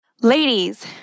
Ladies